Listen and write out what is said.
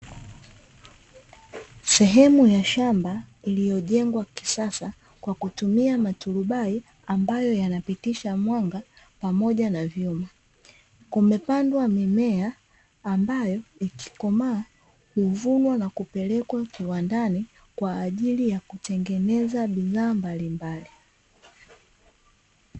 Sehemu ya shamba lililojengwa kisasa kwa kutumia maturubai ambayo yanapitisha mwanga pamoja na maji, kumepambwa mimea ambayo ikikomaa huvunwa na kupelekwa kiwandani kwa ajili ya kutengeneza bidhaa mbalimbali.